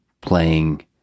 playing